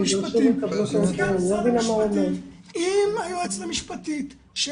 נציגת משרד המשפטים עם היועצת המשפטית של